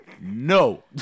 No